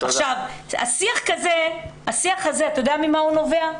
השיח הזה, אתה יודע ממה הוא נובע?